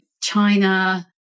China